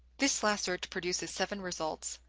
this last search produces seven results,